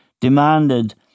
demanded